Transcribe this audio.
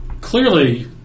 Clearly